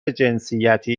جنسیتی